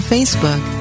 Facebook